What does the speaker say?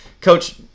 coach